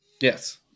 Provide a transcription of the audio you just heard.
Yes